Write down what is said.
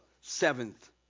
seventh